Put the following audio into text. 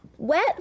Wet